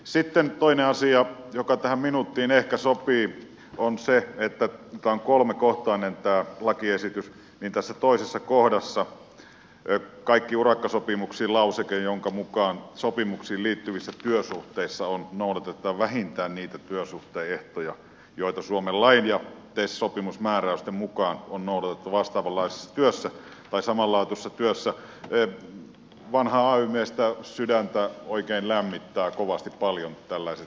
sitten toinen asia joka tähän minuuttiin tässä ehkä sopii on se että kun tämä on kolmekohtainen lakiesitys ja tässä toisessa kohdassa on kaikkia urakkasopimuksia koskeva lauseke jonka mukaan sopimukseen liittyvissä työsuhteissa on noudatettava vähintään niitä työsuhteen ehtoja joita suomen lain ja tes sopimusmääräysten mukaan on noudatettu vastaavanlaisessa työssä tai samanlaatuisessa työssä niin vanhan ay miehen sydäntä oikein lämmittävät kovasti paljon tällaiset lakiesitykset